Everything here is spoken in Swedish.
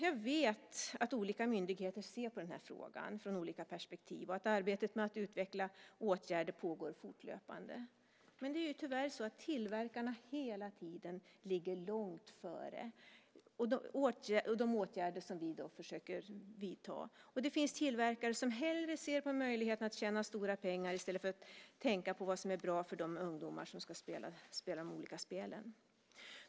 Jag vet att olika myndigheter ser på denna fråga från olika perspektiv och att arbetet med att utveckla åtgärder pågår fortlöpande. Men det är tyvärr så att tillverkarna hela tiden ligger långt före de åtgärder som vi försöker vidta. Det finns tillverkare som hellre ser på möjligheten att tjäna stora pengar än tänker på vad som är bra för de ungdomar som ska spela de olika spelen.